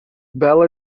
bell